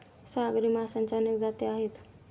सागरी माशांच्या अनेक जाती आहेत